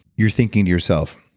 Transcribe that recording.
you're thinking to yourself,